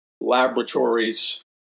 Laboratories